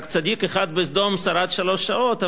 רק צדיק אחד בסדום שרד שלוש שעות,